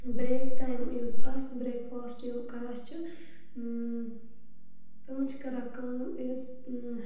brake time یُس آسہِ breakfast یِم کَران چھِ تِم چھِ کَران کٲم یُس